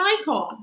icon